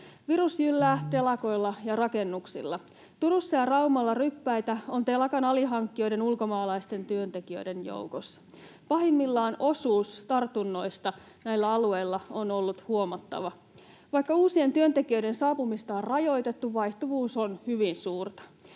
Virus jyllää telakoilla ja rakennuksilla. Turussa ja Raumalla ryppäitä on telakan alihankkijoiden ulkomaalaisten työntekijöiden joukossa. Pahimmillaan osuus tartunnoista näillä alueilla on ollut huomattava. Vaikka uusien työntekijöiden saapumista on rajoitettu, vaihtuvuus on hyvin suurta.